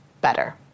better